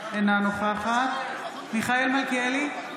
אינה נוכחת מיכאל מלכיאלי,